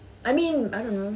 I mean I don't know